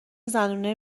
زنونه